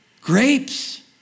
Grapes